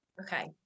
Okay